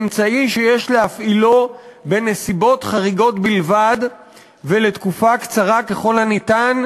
אמצעי שיש להפעילו בנסיבות חריגות בלבד ולתקופה קצרה ככל הניתן,